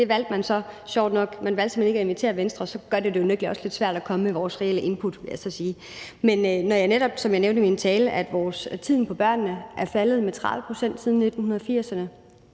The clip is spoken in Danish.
Man valgte så sjovt nok ikke at invitere Venstre. Det gør det unægtelig lidt svært at komme med vores reelle input, vil jeg sige. Men når jeg netop nævnte i min tale, at tiden med børnene er faldet med 30 pct. siden 1980'erne,